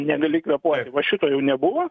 negali kvėpuoti va šito jau nebuvo